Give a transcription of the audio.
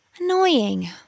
Annoying